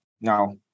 Now